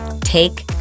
Take